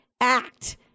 act